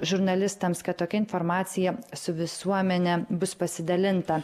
žurnalistams kad tokia informacija su visuomene bus pasidalinta